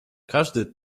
każdy